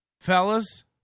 Fellas